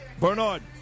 Bernard